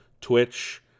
Twitch